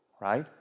right